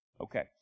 okay